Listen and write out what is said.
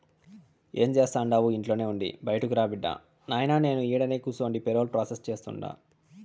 ఏం జేస్తండావు ఇంట్లోనే ఉండి బైటకురా బిడ్డా, నాయినా నేను ఈడనే కూసుండి పేరోల్ ప్రాసెస్ సేస్తుండా